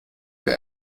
der